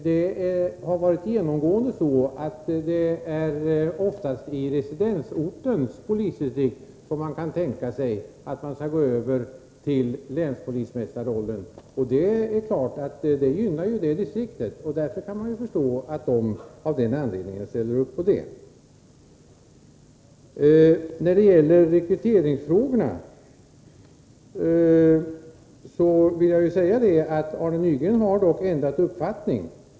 Det har genomgående varit i residensortens polisdistrikt som man har kunnat tänka sig att gå över till länspolismästarrollen. Eftersom det gynnar det distriktet kan man förstå att de av den anledningen ställer upp på den organisationen. När det gäller rekryteringsfrågorna vill jag påpeka att Arne Nygren har ändrat uppfattning.